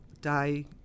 die